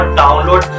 download